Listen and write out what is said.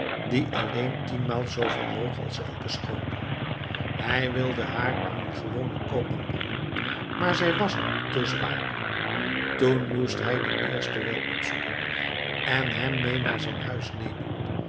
die alleen tienmaal zooveel woog als elke schotel hij wilde haar aan een gewonen koopman brengen maar zij was hem te zwaar toen moest hij den eerste wel weer opzoeken en hem mee naar zijn huis nemen